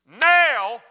Now